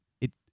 it